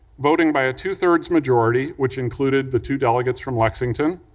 voting by a two three majority, which included the two delegates from lexington,